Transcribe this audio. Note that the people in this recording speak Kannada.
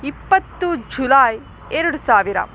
ಇಪ್ಪತ್ತು ಝುಲಾಯ್ ಎರಡು ಸಾವಿರ